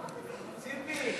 ציפי,